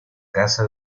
casa